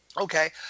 Okay